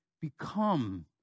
become